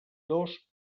dos